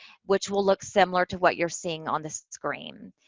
which will look similar to what you're seeing on this screen.